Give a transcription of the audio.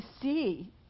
see